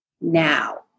now